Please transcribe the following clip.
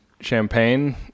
champagne